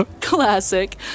Classic